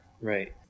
right